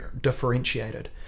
differentiated